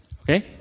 Okay